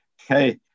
hey